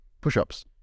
push-ups